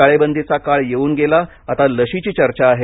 टाळेबंदीचा काळ येऊन गेला आता लशीची चर्चा आहे